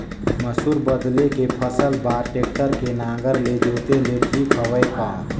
मसूर बदले के फसल बार टेक्टर के नागर ले जोते ले ठीक हवय कौन?